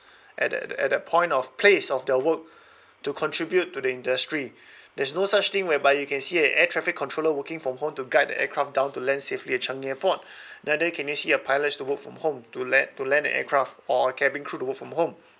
at at at that point of place of their work to contribute to the industry there's no such thing whereby you can see a air traffic controller working from home to guide the aircraft down to land safely at changi airport neither can you see a pilots to work from home to land to land an aircraft or a cabin crew to work from home